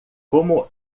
como